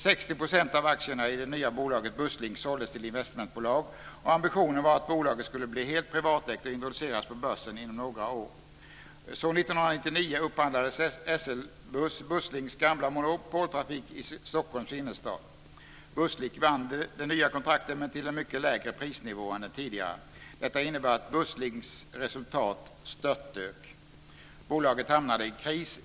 60 % av aktierna i det nya bolaget Busslink såldes till investmentbolag, och ambitionen var att bolaget skulle bli helt privatägt och introducerat på börsen inom några år. 1999 upphandlades då SL Buss och Busslinks gamla monopoltrafik i Stockholms innerstad. Busslink vann det nya kontraktet men till en mycket lägre prisnivå än den tidigare. Detta innebar att Busslinks resultat störtdök. Bolaget hamnade i kris.